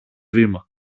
βήμα